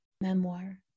memoir